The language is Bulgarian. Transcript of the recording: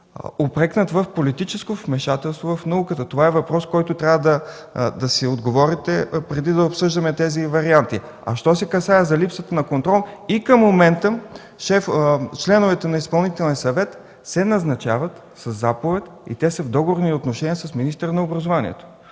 упрекнат в политическо вмешателство в науката. Това е въпрос, на който трябва да си отговорите, преди да обсъждаме тези варианти. Що се касае до липсата на контрол, и към момента членовете на Изпълнителния съвет се назначават със заповед и те са в договорни отношения с министъра на образованието.